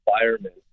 environment